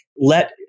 let